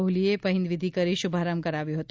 કોહલીએ પહિન્દ વિધી કરી શુભારંભ કરાવ્યો હતો